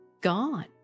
gone